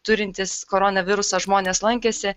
turintys koronavirusą žmonės lankėsi